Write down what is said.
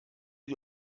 die